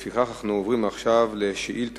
לפיכך אנחנו עוברים עכשיו לשאילתות